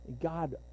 God